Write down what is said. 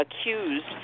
accused